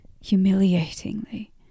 humiliatingly